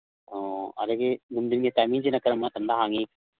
ꯑꯣ ꯑꯗꯒꯤ ꯅꯨꯡꯗꯤꯟꯒꯤ ꯇꯥꯏꯃꯤꯡꯁꯤꯅ ꯀꯔꯝꯕ ꯃꯇꯝꯗ ꯍꯥꯡꯉꯤ